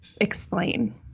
Explain